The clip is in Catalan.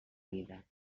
vida